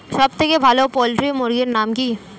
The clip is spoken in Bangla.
সবথেকে ভালো পোল্ট্রি মুরগির নাম কি?